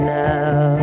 now